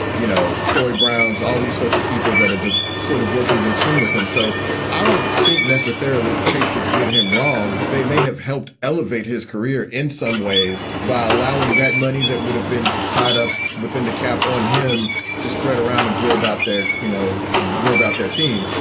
you know, troy browns, all these sorts of people that are just sort of working in tune with him. so i don't think necessarily if the patriots did him wrong, they may have helped elevate his career in some ways by allowing that money that would have been tied up within the cap on him to spread around and build out there, you know, ruled out their team.